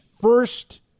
first